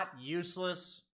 useless